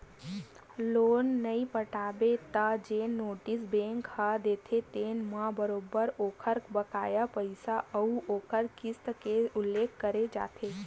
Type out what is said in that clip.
loan नइ पटाबे त जेन नोटिस बेंक ह देथे तेन म बरोबर ओखर बकाया पइसा अउ ओखर किस्ती के उल्लेख करे जाथे